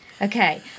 Okay